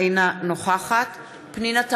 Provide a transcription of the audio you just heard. אינה נוכחת פנינה תמנו,